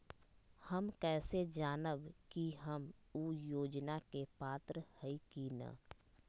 हम कैसे जानब की हम ऊ योजना के पात्र हई की न?